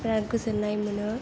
बेराद गोजोननाय मोनो